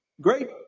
great